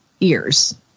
ears